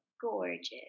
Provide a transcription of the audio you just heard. gorgeous